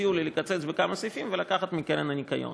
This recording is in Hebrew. הציעו לי לקצץ בכמה סעיפים ולקחת מהקרן לשמירת הניקיון.